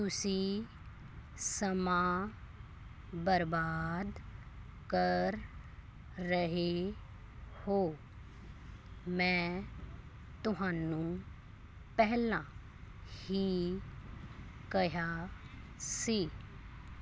ਤੁਸੀਂ ਸਮਾਂ ਬਰਬਾਦ ਕਰ ਰਹੇ ਹੋ ਮੈਂ ਤੁਹਾਨੂੰ ਪਹਿਲਾਂ ਹੀ ਕਿਹਾ ਸੀ